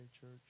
church